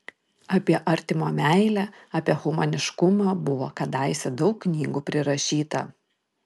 apie artimo meilę apie humaniškumą buvo kadaise daug knygų prirašyta